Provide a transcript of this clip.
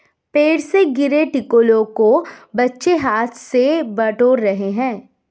पेड़ से गिरे टिकोलों को बच्चे हाथ से बटोर रहे हैं